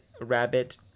Rabbit